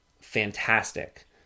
fantastic